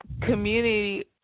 community